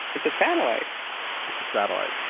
it's a satellite it's a satellite.